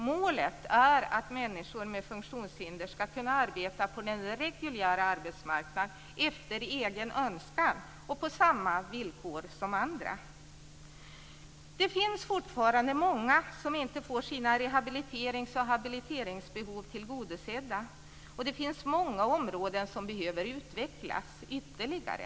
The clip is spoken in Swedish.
Målet är att människor med funktionshinder ska kunna arbeta på den reguljära arbetsmarknaden efter egen önskan och på samma villkor som andra. Det finns fortfarande många som inte får sina rehabiliterings och habiliteringsbehov tillgodosedda, och det finns många områden som behöver utvecklas ytterligare.